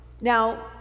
Now